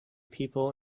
people